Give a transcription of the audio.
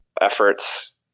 efforts